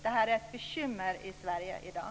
Det här är ett bekymmer i Sverige i dag.